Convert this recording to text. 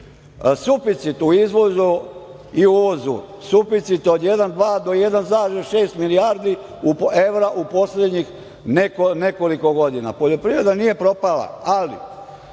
suficit u izvozu i uvozu od 1,2 do 1,6 milijardi evra u poslednjih nekoliko godina. Poljoprivreda nije propala, ali